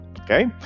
okay